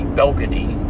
balcony